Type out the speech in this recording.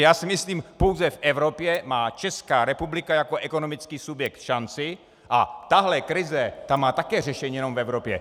Já si myslím, že pouze v Evropě má Česká republika jako ekonomický subjekt šanci a tahle krize má také řešení jenom v Evropě.